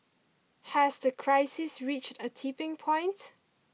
has the crisis reached a tipping point